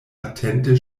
atente